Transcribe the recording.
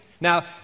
Now